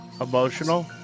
emotional